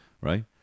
Right